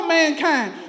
mankind